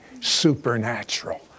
supernatural